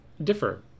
differ